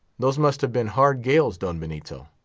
those must have been hard gales, don benito.